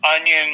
onion